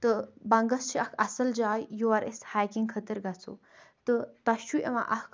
تہٕ بنٛگَس چھِ اَکھ اَصٕل جاے یور أسۍ ہایکِنٛگ خٲطرٕ گژھو تہٕ تۄہہِ چھُ یِوان اَکھ